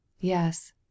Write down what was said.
Yes